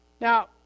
Now